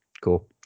Cool